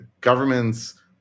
governments